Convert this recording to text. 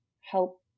help